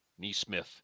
Neesmith